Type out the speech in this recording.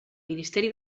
ministeri